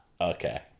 Okay